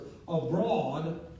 Abroad